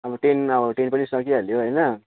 अब टेन अब टेन पनि सकिहाल्यो होइन